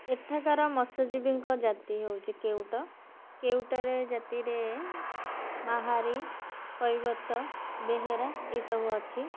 ଏଠାକାର ମତ୍ସ୍ୟ ଜୀବୀଙ୍କ ଜାତି ହେଉଛି କେଉଟ କେଉଟରେ ଜାତିରେ ମାହାରୀ କୈବର୍ତ୍ତ ବେହେରା ଏଇସବୁ ଅଛି